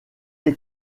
les